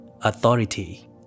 authority